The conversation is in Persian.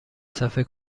صفحه